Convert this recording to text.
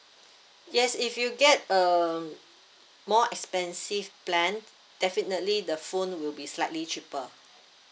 yes if you get a more expensive plan definitely the phone will be slightly cheaper